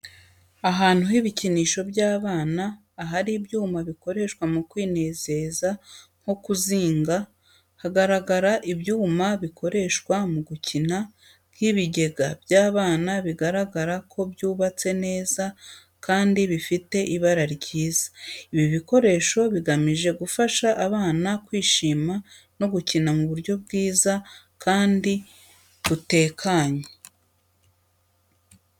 Ahantu h'ibikinisho by'abana, ahari ibyuma bikoreshwa mu kwinezeza nko kuzinga. Hagaragara ibyuma bikoreshwa mu gukina, nk'ibigega by'abana bigaragara ko byubatse neza kandi bifite ibara ryiza. Ibi bikoresho bigamije gufasha abana kwishima no gukina mu buryo bwiza kandi butekanye.